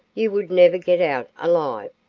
you would never get out alive.